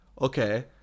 Okay